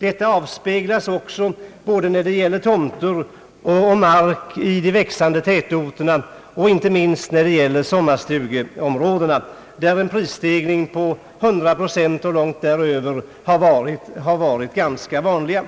Detta återspeglas också när det gäller mark i de växande tätorterna, och inte minst när det gäller sommarstugeområden, där en prisstegring på 100 procent och långt däröver har varit ganska vanlig.